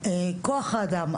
כוח האדם,